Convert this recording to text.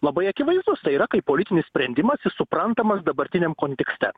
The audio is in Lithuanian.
labai akivaizdus tai yra kaip politinis sprendimas suprantamas dabartiniam kontekste